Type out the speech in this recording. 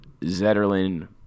Zetterlin